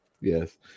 Yes